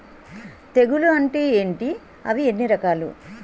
తెగులు అంటే ఏంటి అవి ఎన్ని రకాలు?